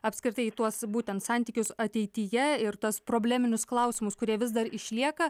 apskritai į tuos būtent santykius ateityje ir tuos probleminius klausimus kurie vis dar išlieka